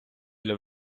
для